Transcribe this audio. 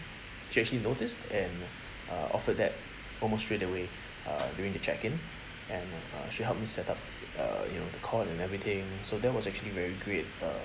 she actually noticed and uh offered that almost straight away uh during the check in and uh she helped me set up uh you know the cot and everything so that was actually very great uh